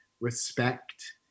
respect